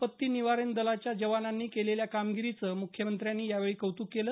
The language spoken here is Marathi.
आपत्ती निवारण दलाच्या जवानांनी केलेल्या कामगिरीचं मुख्यमंत्र्यांनी यावेळी कौतुक केलं